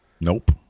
Nope